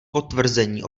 potvrzení